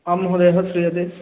आं महोदयः श्रूयते